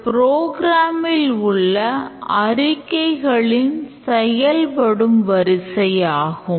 program ல் உள்ள அறிக்கைகளின் செயல்படும் வரிசையாகும்